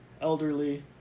elderly